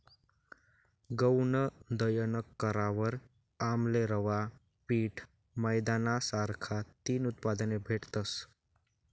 गऊनं दयन करावर आमले रवा, पीठ, मैदाना सारखा तीन उत्पादने भेटतस